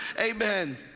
amen